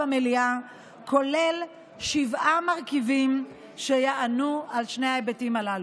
במליאה כולל שבעה מרכיבים שיענו על שני ההיבטים הללו.